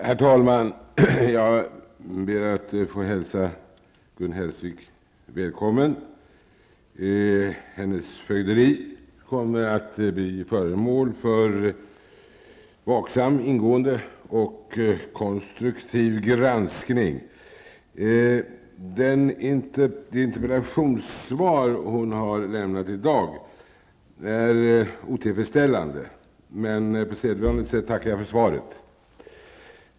Herr talman! Jag ber att få hälsa Gun Hellsvik välkommen. Hennes fögderi kommer att bli föremål för vaksam, ingående och konstruktiv granskning. Det interpellationssvar hon lämnat i dag är otillfredsställande, men på sedvanligt sätt tackar jag för svaret.